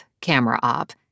camera-op